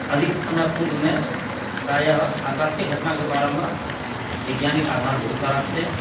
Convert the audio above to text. अधिक समय पूर्व नहि प्रायः आकाशीय घटनाके बारेमे वैज्ञानिक आधार बहुत सारा छै